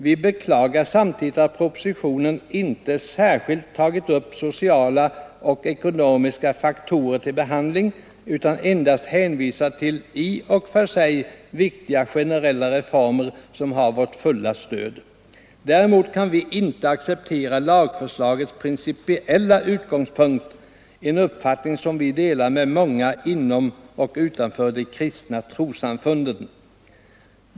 Vi beklagar samtidigt att propositionen inte särskilt tagit upp sociala och ekonomiska faktorer till behandling utan endast hänvisar till i och för sig viktiga generella reformer, som har vårt fulla stöd. Däremot kan vi inte acceptera lagförslagets principiella utgångspunkt, en uppfattning som vi delar med många inom och utanför de kristna trossamfunden.